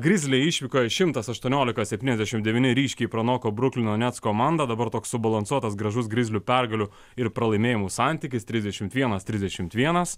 grizliai išvykoj šimtas aštuoniolika septyniasdešim devyni ryškiai pranoko bruklino nets komandą dabar toks subalansuotas gražus grizlių pergalių ir pralaimėjimų santykis trisdešimt vienas trisdešimt vienas